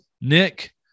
nick